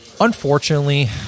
unfortunately